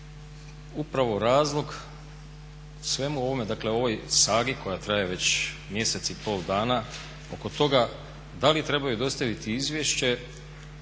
upravo razlog svemu ovome, dakle ovoj sagi koja traje već mjesec i pol dana oko toga da li trebaju dostaviti izvješće